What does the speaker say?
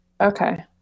Okay